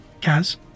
Kaz